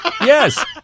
Yes